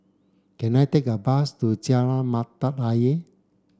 can I take a bus to Jalan Mata Ayer